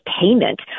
payment